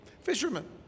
fishermen